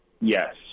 Yes